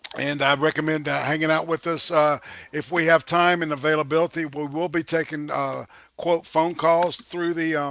and i recommend ah hanging out with us if we have time and availability will will be taking quote phone calls through the